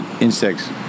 Insects